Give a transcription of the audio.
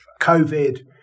COVID